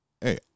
Hey